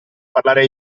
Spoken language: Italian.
parlare